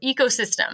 ecosystem